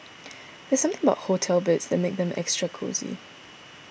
there's something about hotel beds that makes them extra cosy